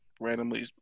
randomly